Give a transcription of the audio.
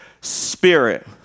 spirit